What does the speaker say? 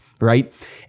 right